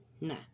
nah